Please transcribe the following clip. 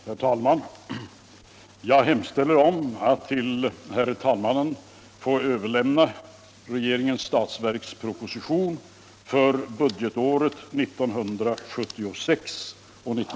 Herr talman! Jag hemställer att till herr talmannen få överlämna regeringens budgetproposition för budgetåret 1976/77.